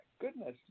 goodness